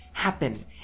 happen